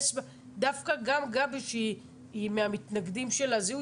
דווקא גם גבי שהיא מהמתנגדים של הזיהוי